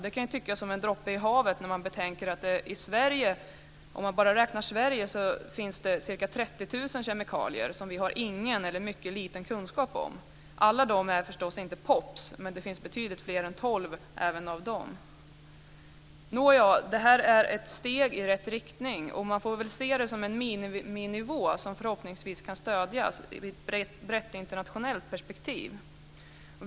Det kan tyckas som en droppe i havet när man betänker att det, om man bara räknar Sverige, finns ca 30 000 kemikalier som vi inte har någon kunskap om - eller mycket liten kunskap. Alla dessa är förstås inte POP, men det finns betydligt fler än tolv även av dem. Nåja, det här är ett steg i rätt riktning, och man får väl se det som en miniminivå som förhoppningsvis kan stödjas i ett brett internationellt perspektiv.